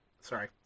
sorry